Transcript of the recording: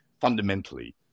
fundamentally